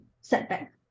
setback